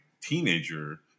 teenager